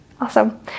Awesome